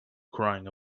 crying